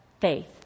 faith